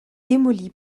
démolie